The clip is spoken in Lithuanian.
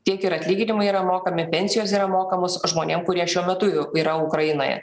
tiek ir atlyginimai yra mokami pensijos yra mokamos žmonėm kurie šiuo metu jau yra ukrainoje